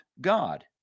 God